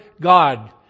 God